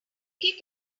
kick